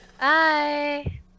Bye